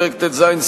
פרק ט"ז,